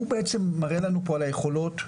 הוא בעצם מראה לנו על היכולות,